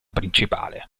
principale